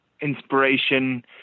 inspiration